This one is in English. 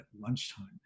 lunchtime